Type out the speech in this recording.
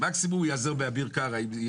מקסימום הוא ייעזר באביר קארה.